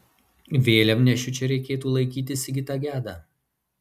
vėliavnešiu čia reikėtų laikyti sigitą gedą